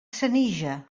senija